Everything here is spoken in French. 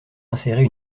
insérer